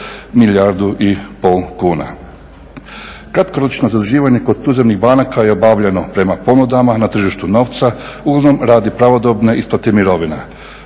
milijardu i pol kuna. Kratkoročno zaduživanje kod tuzemnih banaka je obavljeno prema ponudama na tržištu novca uglavnom radi pravodobne isplate mirovina.